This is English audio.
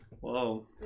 Whoa